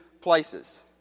places